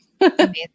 Amazing